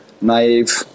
naive